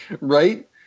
right